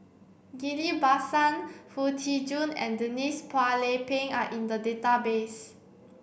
Ghillie Basan Foo Tee Jun and Denise Phua Lay Peng are in the database